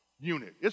unit